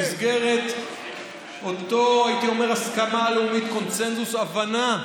במסגרת אותה הסכמה לאומית, קונסנזוס, הבנה,